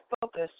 focus